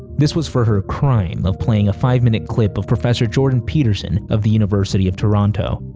this was for her crime of playing a five minute clip of professor jordan peterson of the university of toronto.